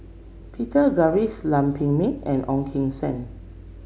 Peter Gilchrist Lam Pin Min and Ong Keng Sen